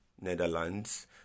Netherlands